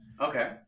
Okay